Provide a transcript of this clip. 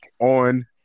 on